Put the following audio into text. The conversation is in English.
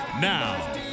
Now